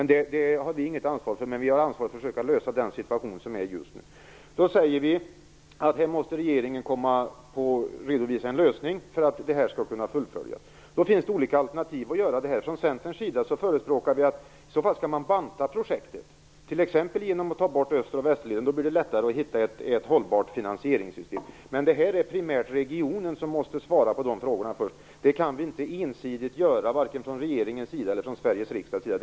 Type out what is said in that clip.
Det har vi inget ansvar för, men vi har ansvar för att försöka lösa den situation som är just nu. Vi säger att här måste regeringen redovisa en lösning för att detta skall kunna fullföljas. Då finns det olika alternativ för detta. Vi i Centern förespråkar att man skall banta projektet, t.ex. genom att ta bort Öster och Västerleden. Då blir det lättare att hitta ett hållbart finansieringssystem. Men det är primärt regionen som måste svara på dessa frågor. Det kan inte regeringen eller Sveriges riksdag göra ensidigt.